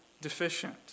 deficient